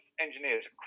engineers